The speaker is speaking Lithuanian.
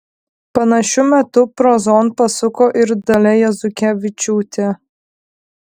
panašiu metu prozon pasuko ir dalia jazukevičiūtė